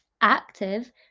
active